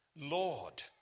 Lord